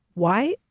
why?